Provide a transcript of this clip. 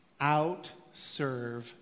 outserve